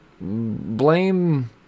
Blame